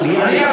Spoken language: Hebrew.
ליפמן אמרתי.